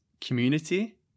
community